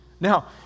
Now